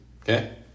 Okay